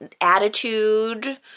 attitude